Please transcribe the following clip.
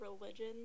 religion